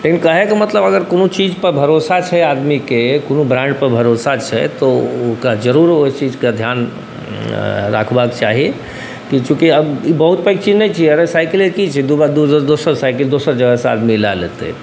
लेकिन कहैके मतलब अगर कोनो चीजपर भरोसा छै आदमीके कोनो ब्राण्डपर भरोसा छै तऽ ओकरा जरूर ओहि चीजके धिआन रखबाक चाही चूँकि ई बहुत पैघ चीज नहि छिए अरे साइकिले कि छिए दोसर साइकिल दोसर जगहसँ आदमी लऽ लेतै हेँ